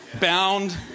bound